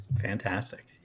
Fantastic